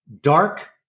dark